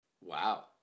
Wow